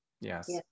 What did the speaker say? Yes